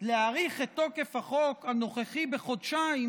להאריך את תוקף החוק הנוכחי בחודשיים